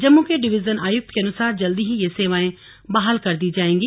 जम्मू के डिवीजन आयुक्त के अनुसार जल्दी ही ये सेवाएं बहाल कर दी जाएंगी